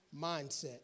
mindset